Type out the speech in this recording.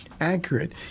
accurate